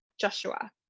Joshua